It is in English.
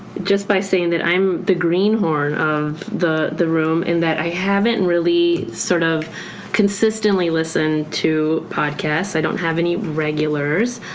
just by saying that i am the green horn of the the room in that i haven't really sort of consistently listened to podcasts. i don't have any regulars.